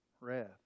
Wrath